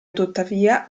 tuttavia